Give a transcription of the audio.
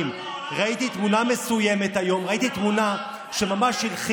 ראיתי תמונה, למה העולם לא סופר אותו?